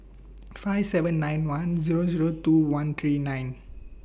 five seven nine one Zero Zero two one three nine